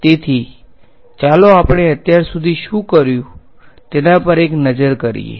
તેથી ચાલો આપણે અત્યાર સુધી શું કર્યું છે તેના પર એક નજર કરીએ